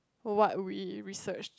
what we research